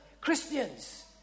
Christians